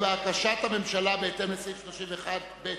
בקשת הממשלה בהתאם לסעיף 31(ב)